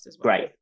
Great